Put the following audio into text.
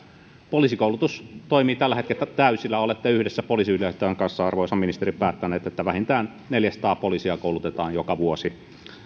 poliisikoulutus toimii tällä hetkellä täysillä olette yhdessä poliisiylijohtajan kanssa arvoisa ministeri päättäneet että vähintään neljäsataa poliisia koulutetaan joka vuosi